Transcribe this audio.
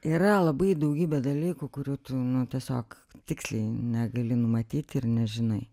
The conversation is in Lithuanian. yra labai daugybė dalykų kurių tu nu tiesiog tiksliai negali numatyt ir nežinai